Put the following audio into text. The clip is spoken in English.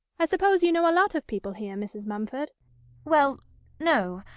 i suppose you know a lot of people here, mrs. mumford well no.